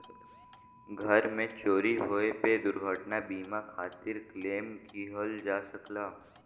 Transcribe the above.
घर में चोरी होये पे दुर्घटना बीमा खातिर क्लेम किहल जा सकला